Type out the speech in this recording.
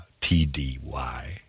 T-D-Y